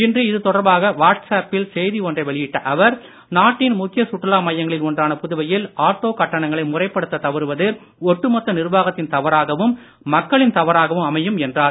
இன்று இது தொடர்பாக வாட்ஸ் அப்பில் செய்தி ஒன்றை வெளியிட்ட அவர் நாட்டின் முக்கிய சுற்றுலா மையங்களில் ஒன்றான புதுவையில் ஆட்டோ கட்டணங்களை முறைப்படுத்த தவறுவது ஒட்டுமொத்த நிர்வாகத்தின் தவறாகவும் மக்களின் தவறாகவும் அமையும் என்றார்